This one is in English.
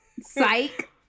Psych